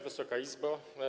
Wysoka Izbo!